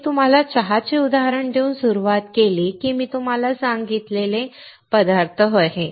मी तुम्हाला चहाचे उदाहरण देऊन सुरुवात केली की मी तुम्हाला सांगितलेले पदार्थ होते